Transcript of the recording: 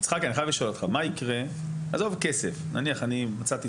יצחק, אני חייב לשאול אותך.